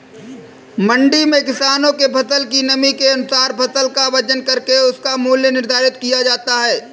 मंडी में किसानों के फसल की नमी के अनुसार फसल का वजन करके उसका मूल्य निर्धारित किया जाता है